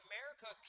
America